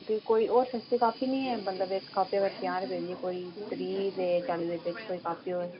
ते कोई होर सस्ती कापी नि ऐ बंदा इक कापी अगर पञांह् रपे दी कोई त्रीह् ते चाली दे बिच कोई कापी होऐ